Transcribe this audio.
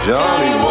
Johnny